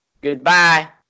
Goodbye